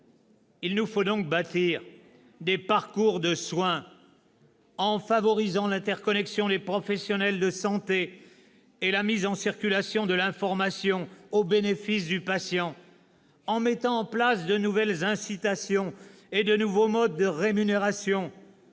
Il nous faut donc bâtir des parcours de soins, en favorisant l'interconnexion des professionnels de santé et la circulation de l'information au bénéfice du patient, en mettant en place de nouvelles incitations et de nouveaux modes de rémunération,